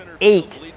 eight